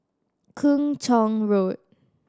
Kung Chong Road